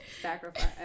Sacrifice